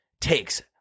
takes